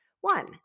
One